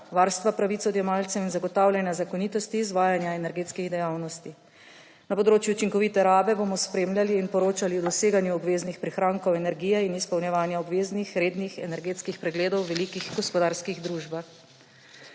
varstva pravic odjemalcem in zagotavljanja zakonitosti izvajanja energetskih dejavnosti. Na področju učinkovite rabe bomo spremljali in poročali o doseganju obveznih prihrankov energije in izpolnjevanja obveznih rednih energetskih pregledov v velikih gospodarskih družbah.